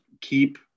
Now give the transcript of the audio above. keep